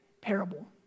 parable